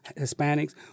Hispanics